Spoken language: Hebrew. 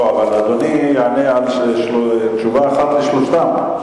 לא, אבל אדוני יענה תשובה אחת על שלושתן.